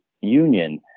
Union